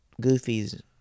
Goofy's